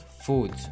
food